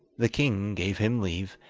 the king gave him leave,